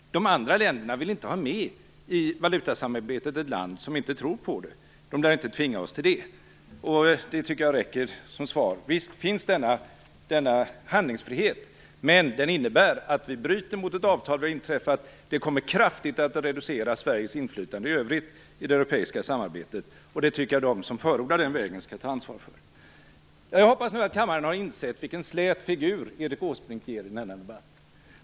De andra länderna vill inte i valutasamarbetet ha med ett land som inte tror på det. De lär inte tvinga oss till det. Det tycker jag räcker som svar. Visst finns denna handlingsfrihet, men den innebär att vi bryter mot ett avtal som vi har ingått, och det kommer att kraftigt reducera Sveriges inflytande i övrigt i det europeiska samarbetet. Det tycker jag att de som förordar den vägen skall ta ansvar för. Jag hoppas att kammaren nu har insett vilken slät figur Erik Åsbrink gör i denna debatt.